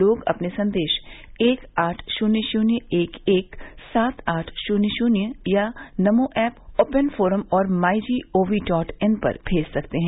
लोग अपने संदेश एक आठ शून्य शून्य एक एक सात आठ शून्य शून्य या नमो एप ओपन फोरम और my G O V dot in पर भेज सकते हैं